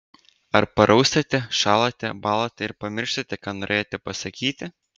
ar paraustate šąlate bąlate ir pamirštate ką norėjote pasakyti